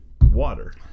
water